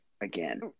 again